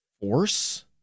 force